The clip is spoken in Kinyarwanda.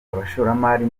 abashoramari